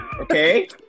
Okay